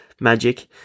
magic